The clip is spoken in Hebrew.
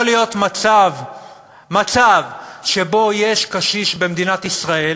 יכול להיות מצב שבו יש קשיש במדינת ישראל